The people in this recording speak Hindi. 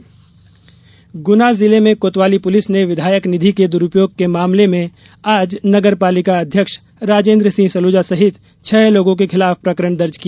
प्रकरण दर्ज गुना जिले में कोतवाली पुलिस ने विधायक निधि के दुरूपयोग के मामले में आज नगर पालिका अध्यक्ष राजेन्द्र सिंह सलूजा सहित छह लोगों के खिलाफ प्रकरण दर्ज किया